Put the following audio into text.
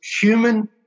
human